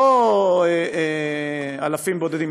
לא אלפים בודדים,